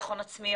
בביטחון העצמי,